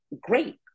great